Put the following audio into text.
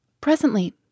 Presently